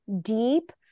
deep